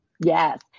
Yes